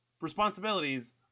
responsibilities